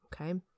okay